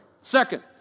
Second